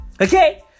Okay